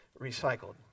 recycled